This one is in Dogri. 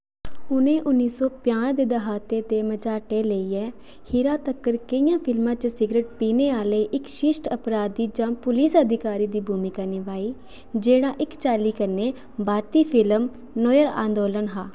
उ'नें उन्नी सौ पंजाहें दे द्हाके दे मझाटे लेइयै खीरा तक्कर केइयें फिल्में च सिगरट पीने आह्ले इक शिश्ट अपराधी जां पुलस अधिकारी दी भूमका नभाई जेह्ड़ा इक चाल्ली कन्नै भारती फिल्म नोयर अंदोलन हा